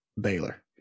Baylor